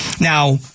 Now